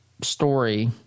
story